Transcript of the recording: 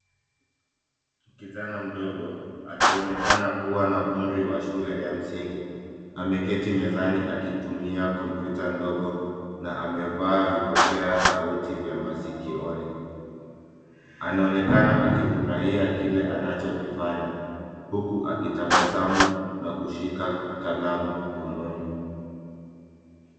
Kijana mdogo akionekana kuwa na umri ya shule ya msingi, ameketi mezani akitumia kompyuta ndogo na amevaa vipokea sauti vya masikioni, anaonekana akifurahia kile anachokifanya huku akitabasamu na kushika kalamu mkononi.